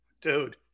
dude